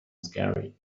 scary